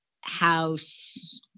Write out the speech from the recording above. house